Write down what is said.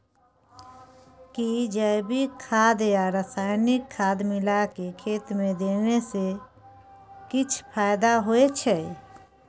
कि जैविक खाद आ रसायनिक खाद मिलाके खेत मे देने से किछ फायदा होय छै?